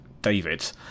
David